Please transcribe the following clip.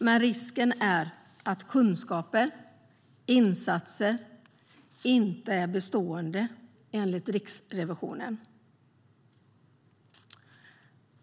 Men risken är att kunskaper och insatser inte är bestående, enligt Riksrevisionen.